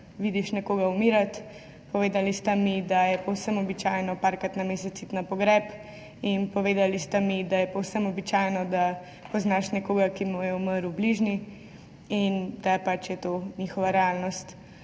vidiš nekoga umirati. Povedali sta mi, da je povsem običajno parkrat na mesec iti na pogreb, in povedali sta mi, da je povsem običajno, da poznaš nekoga, ki mu je umrl bližnji in da je pač to njihova realnost.